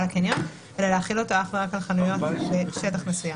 לקניון אלא להחיל אותו אך ורק על חנויות בשטח מסוים.